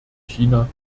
china